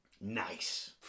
nice